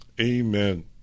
Amen